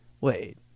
Wait